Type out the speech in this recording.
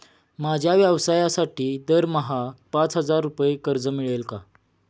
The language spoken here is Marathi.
माझ्या व्यवसायासाठी दरमहा पाच हजार रुपये कर्ज मिळेल का?